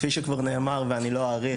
כפי שכבר נאמר ואני לא אאריך,